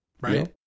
right